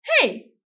Hey